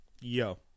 yo